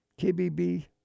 KBB